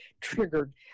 triggered